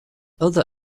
other